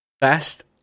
Best